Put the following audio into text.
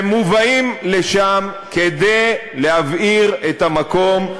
שמובאים לשם כדי להבעיר את המקום,